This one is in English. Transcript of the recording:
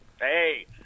Hey